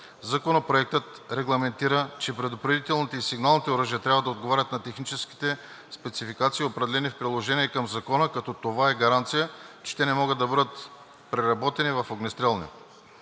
Законопроектът регламентира, че предупредителните и сигналните оръжия трябва да отговарят на техническите спецификации, определени в приложение към Закона, като това е гаранция, че те не могат да бъдат преработени в огнестрелни.